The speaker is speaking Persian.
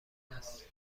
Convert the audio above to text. است